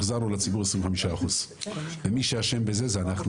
החזרנו לציבור 25%. ומי שאשם בזה זה אנחנו,